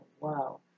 wow